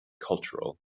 cultural